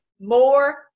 more